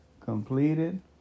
Completed